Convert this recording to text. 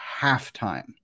halftime